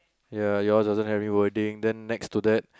ya yours also every wording then next to that